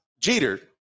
Jeter